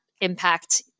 impact